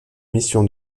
mission